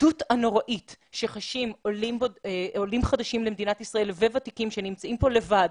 הבדידות הנוראית שחשים עולים חדשים ועולים ותיקים שנמצאים כאן לבד,